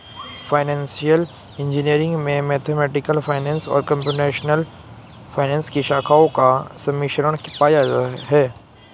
financial engineering में mathematical finance और computational finance की शाखाओं का सम्मिश्रण पाया जाता है